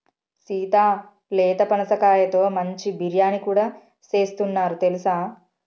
సీత లేత పనసకాయతో మంచి బిర్యానీ కూడా సేస్తున్నారు తెలుసా